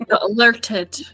Alerted